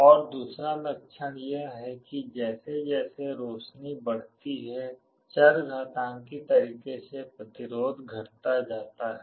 और दूसरा लक्षण यह है कि जैसे जैसे रोशनी बढ़ती है चरघातांकी तरीके से प्रतिरोध घटता जाता है